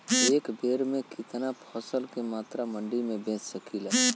एक बेर में कितना फसल के मात्रा मंडी में बेच सकीला?